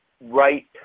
right